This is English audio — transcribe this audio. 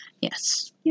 Yes